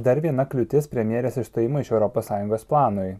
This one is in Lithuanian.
dar viena kliūtis premjerės išstojimo iš europos sąjungos planui